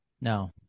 No